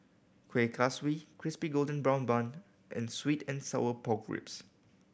Kueh Kaswi Crispy Golden Brown Bun and sweet and sour pork ribs